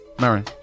Marin